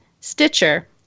Stitcher